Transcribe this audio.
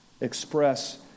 express